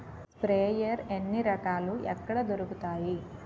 Sprayer ఎన్ని రకాలు? ఎక్కడ దొరుకుతాయి?